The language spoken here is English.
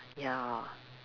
ya